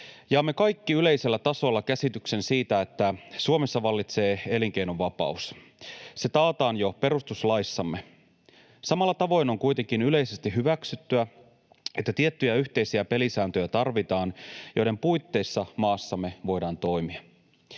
Jaamme kaikki yleisellä tasolla käsityksen siitä, että Suomessa vallitsee elinkeinonvapaus. Se taataan jo perustuslaissamme. Samalla tavoin on kuitenkin yleisesti hyväksyttyä, että tarvitaan tiettyjä yhteisiä pelisääntöjä, joiden puitteissa maassamme voidaan toimia.